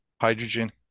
hydrogen